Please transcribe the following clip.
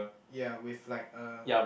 ya with like a